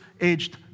aged